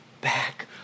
back